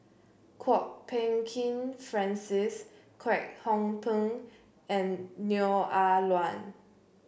Kwok Peng Kin Francis Kwek Hong Png and Neo Ah Luan